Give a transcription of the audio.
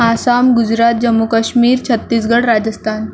Assam Gujarat Jammu Kashmir Chhattisgarh Rajasthan